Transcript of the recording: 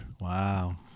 Wow